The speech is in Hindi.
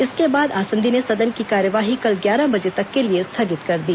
इसके बाद आसंदी ने सदन की कार्यवाही कल ग्यारह बजे तक के लिए स्थगित कर दी